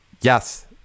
yes